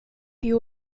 you